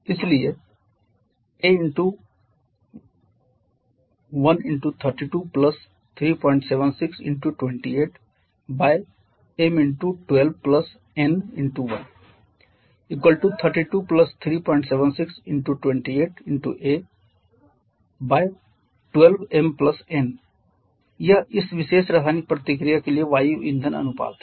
इसलिए a13237628 3237628a12 m n यह इस विशेष रासायनिक प्रतिक्रिया के लिए वायु ईंधन अनुपात है